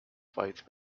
fight